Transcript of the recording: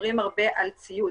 שמדברים הרבה על ציוד.